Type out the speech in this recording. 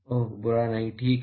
ओह बुरा नहीं ठीक है